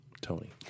Tony